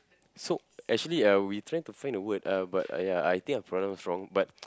so actually uh we trying to find the word uh but !aiya! I think I pronounce wrong but